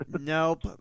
Nope